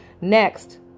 Next